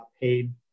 paid